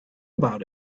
about